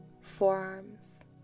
Forearms